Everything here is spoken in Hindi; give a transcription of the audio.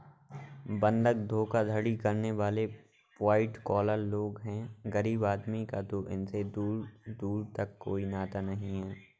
बंधक धोखाधड़ी करने वाले वाइट कॉलर लोग हैं गरीब आदमी का तो इनसे दूर दूर का कोई नाता नहीं है